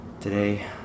today